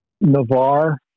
Navarre